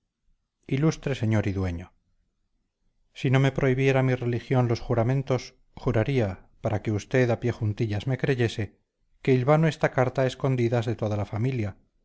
ilustre señor y dueño si no me prohibiera mi religión los juramentos juraría para que usted a pie juntillas me creyese que hilvano esta carta a escondidas de toda la familia